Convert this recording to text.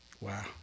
Wow